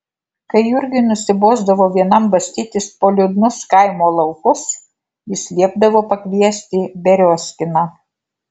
kai jurgiui nusibosdavo vienam bastytis po liūdnus kaimo laukus jis liepdavo pakviesti beriozkiną